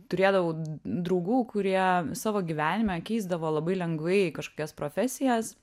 turėdavau draugų kurie savo gyvenime keisdavo labai lengvai kažkokias profesijas